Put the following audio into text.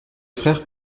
frères